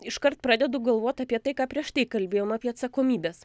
iškart pradedu galvot apie tai ką prieš tai kalbėjom apie atsakomybes